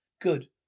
Good